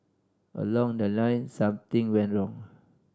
along the line something went wrong